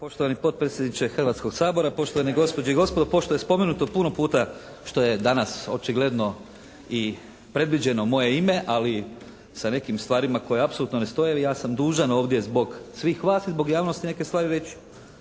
poštovani potpredsjedniče Hrvatskog sabora, poštovane gospođe i gospodo. Pošto je spomenuto puno puta što je danas očigledno i predviđeno moje ime ali sa nekim stvarima koje apsolutno ne stoje. Evo, ja sam dužan ovdje zbog svih vas i zbog javnosti neke stvari reći.